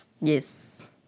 Yes